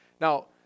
Now